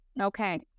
Okay